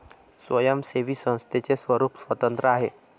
स्वयंसेवी संस्थेचे स्वरूप स्वतंत्र आहे